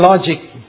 logic